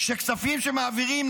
שכספים שמעבירים,